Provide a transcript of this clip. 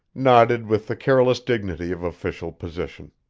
nodded with the careless dignity of official position.